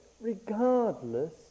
regardless